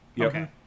okay